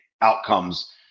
outcomes